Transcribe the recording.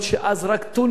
ואז היו רק בתוניס,